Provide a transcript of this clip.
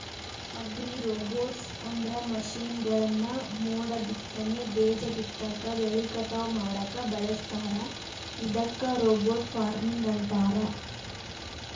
ಅಗ್ರಿರೋಬೊಟ್ಸ್ಅಂದ್ರ ಮಷೇನ್ಗಳನ್ನ ಮೋಡಬಿತ್ತನೆ, ಬೇಜ ಬಿತ್ತಾಕ, ಬೆಳಿ ಕಟಾವ್ ಮಾಡಾಕ ಬಳಸ್ತಾರ ಇದಕ್ಕ ರೋಬೋಟ್ ಫಾರ್ಮಿಂಗ್ ಅಂತಾರ